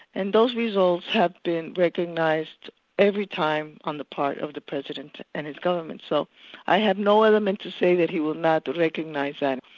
and those results have been recognised every time on the part of the president and his government, so i have no element to say that he will not recognise that.